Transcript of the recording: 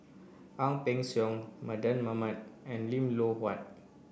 Ang Peng Siong Mardan Mamat and Lim Loh Huat